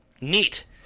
neat